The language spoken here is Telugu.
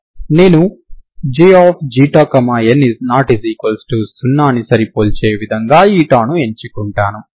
నేను Jξ≠0 ని సరిపోల్చే విధంగా η ని ఎంచుకుంటాను